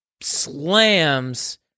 slams